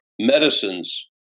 medicines